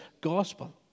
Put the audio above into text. gospel